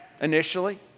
initially